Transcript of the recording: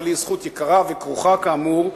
אבל היא זכות יקרה וכרוכה כאמור בהוצאות.